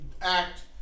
act